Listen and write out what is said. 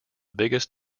biggest